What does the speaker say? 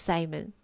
Simon